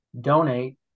donate